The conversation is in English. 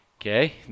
Okay